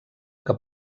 que